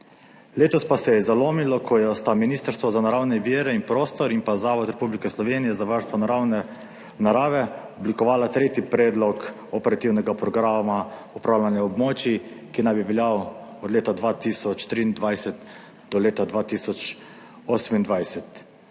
letos pa se je zalomilo, ko sta Ministrstvo za naravne vire in prostor in pa Zavod Republike Slovenije za varstvo narave oblikovala tretji predlog operativnega programa upravljanja območij, ki naj bi veljal od leta 2023 do leta 2028.